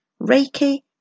Reiki